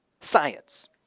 science